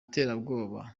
terabwoba